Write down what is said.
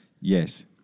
Yes